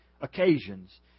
occasions